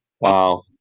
Wow